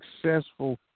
successful